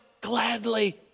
gladly